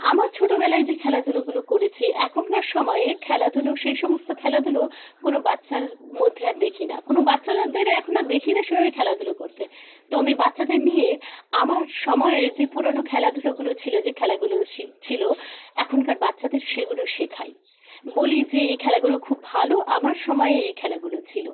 আমার ছোটোবেলায় যে খেলাধুলোগুলো করেছি এখনকার সময়ের খেলাধুলো সে সমস্ত খেলাধুলো কোনো বাচ্ছার মধ্যে আর দেখি না কোনো বাচ্চাদের এখন দেখি না সেভাবে খেলাধুলো করতে তো আমি বাচ্চাদের নিয়ে আমার সময়ের যে পুরোনো খেলাধুলোগুলো ছিলো যে খেলাগুলো ছিলো এখনকার বাচ্চাদের সেগুলো শেখাই বলি যে এই খেলাগুলো খুব ভালো আমার সময়ে এই খেলাগুলো ছিলো